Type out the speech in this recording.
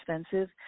expensive